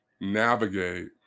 navigate